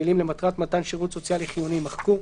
המילים "למטרת מתן שירות סוציאלי חיוני" יימחקו,